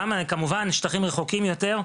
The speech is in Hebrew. גם כמובן שטחים רחוקים יותר,